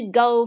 go